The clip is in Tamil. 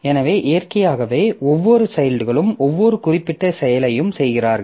எனவே இயற்கையாகவே ஒவ்வொரு சைல்ட்களும் ஒவ்வொரு குறிப்பிட்ட செயலையும் செய்கிறார்கள்